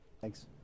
Thanks